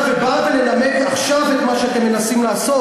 ובא לנמק עכשיו את מה שאתם מנסים לעשות?